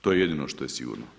To je jedino što je sigurno.